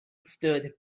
stood